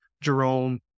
Jerome